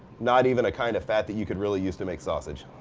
not even a kind of fat that you could really use to make sausage.